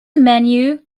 menu